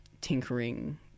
tinkering